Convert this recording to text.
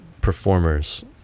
performers